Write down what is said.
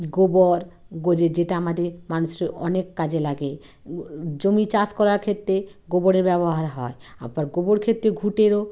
গোবর গোজে যেটা আমাদের মানুষের অনেক কাজে লাগে জমি চাষ করার ক্ষেত্রে গোবরের ব্যবহার হয় আবার গোবর ক্ষেত্রে ঘুঁটেরও